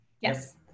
Yes